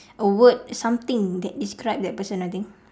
a word something that describe that person I think